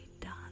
done